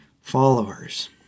followers